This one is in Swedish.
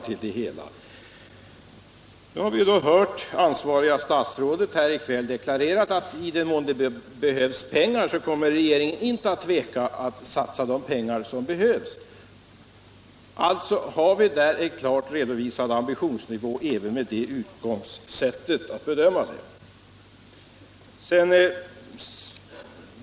Vi har hört det ansvariga statsrådet deklarera här i kväll att i den mån det behövs pengar kommer regeringen inte att tveka att satsa vad som erfordras. Alltså har vi där en klart redovisad ambitionsnivå även med det sättet att bedöma den.